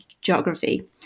Geography